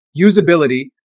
Usability